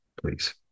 please